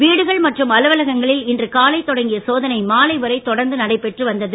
வீடுகள் மற்றும் அலுவலகங்களில் இன்று காலை தொடங்கிய சோதனை மாலை வரை தொடர்ந்து நடைபெற்று வந்தது